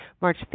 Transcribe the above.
March